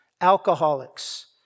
alcoholics